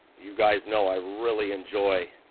you guys know i really enjoy